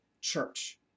church